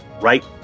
right